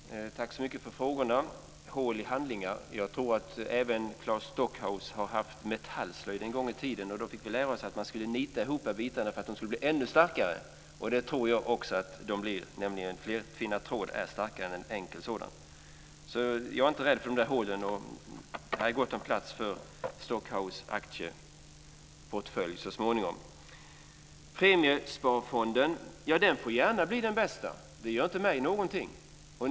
Fru talman! Tack så mycket för frågorna! När det gäller hål i handlingar tror jag att även Claes Stockhaus har haft metallslöjd en gång i tiden. Där fick vi lära oss att man skulle nita ihop bitarna för att de skulle bli ännu starkare. Jag tror att de blir det; flertvinnad tråd är starkare än enkel sådan. Jag är alltså inte rädd för hålen. Det är gott om plats för Stockhaus aktieportfölj så småningom. Premiesparfonden får gärna bli den bästa - det gör inte mig någonting!